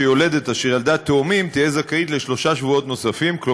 יש לי צער רב על מה